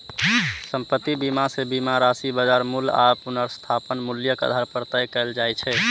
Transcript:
संपत्ति बीमा मे बीमा राशि बाजार मूल्य आ पुनर्स्थापन मूल्यक आधार पर तय कैल जाइ छै